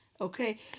okay